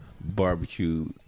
Barbecue